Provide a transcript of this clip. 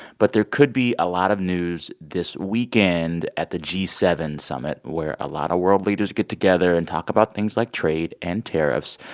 but there could be a lot of news this weekend at the g seven summit, where a lot of world leaders get together and talk about things like trade and tariffs.